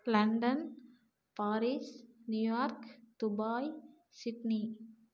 London Paris New York Dubai Sydney